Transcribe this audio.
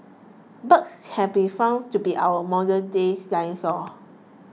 birds have been found to be our modernday dinosaurs